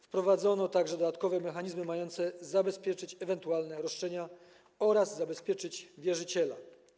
Wprowadzono także dodatkowe mechanizmy mające zabezpieczyć ewentualne roszczenia oraz zabezpieczyć wierzyciela.